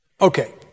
Okay